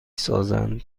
سازند